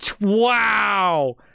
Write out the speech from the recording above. wow